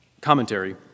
commentary